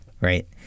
right